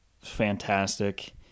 Fantastic